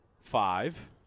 five